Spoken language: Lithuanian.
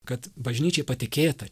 kad bažnyčiai patikėta